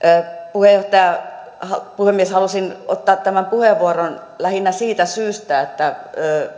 puhemies halusin ottaa tämän puheenvuoron lähinnä siitä syystä että